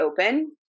open